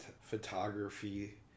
photography